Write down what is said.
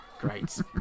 great